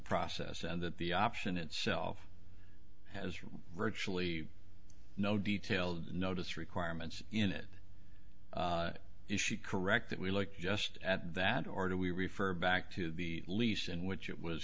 process and that the option itself has virtually no detail notice requirement in it issued correct that we like just at that or do we refer back to the lease in which it was